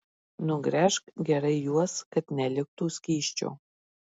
nugręžk gerai juos kad neliktų skysčio